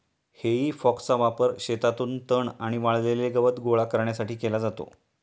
हेई फॉकचा वापर शेतातून तण आणि वाळलेले गवत गोळा करण्यासाठी केला जातो